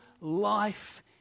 life